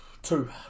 Two